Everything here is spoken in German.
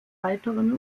weiteren